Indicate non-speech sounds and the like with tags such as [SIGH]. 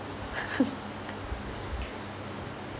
[LAUGHS]